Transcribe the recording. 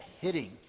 hitting